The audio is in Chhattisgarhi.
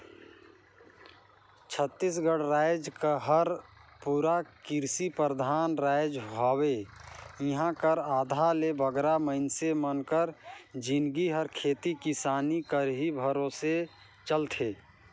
छत्तीसगढ़ राएज हर पूरा किरसी परधान राएज हवे इहां कर आधा ले बगरा मइनसे मन कर जिनगी हर खेती किसानी कर ही भरोसे चलथे